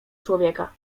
człowieka